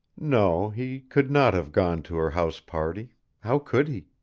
no, he could not have gone to her house party how could he?